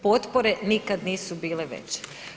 Potpore nikad nisu bile veće.